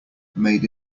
made